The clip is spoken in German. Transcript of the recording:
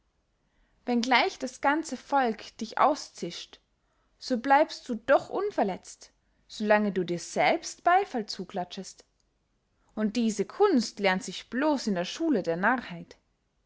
wenn gleich das ganze volk dich auszischt so bleibst du doch unverletzt so lange du dir selbst beyfall zuklatschest und diese kunst lernt sich blos in der schule der